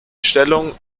stellung